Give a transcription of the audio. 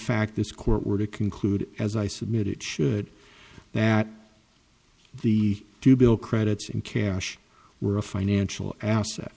fact this court were to conclude as i submit it should that the two bill credits in cash were a financial asset